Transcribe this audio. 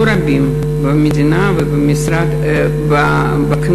לא רבים במדינה ובכנסת,